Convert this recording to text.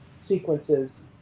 sequences